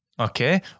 Okay